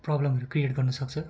प्रब्लमहरू क्रिएट गर्नुसक्छ